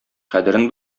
кадерен